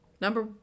Number